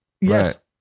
yes